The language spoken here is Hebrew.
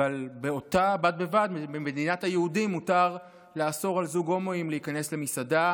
ובד בבד במדינת היהודים מותר לאסור על זוג הומואים להיכנס למסעדה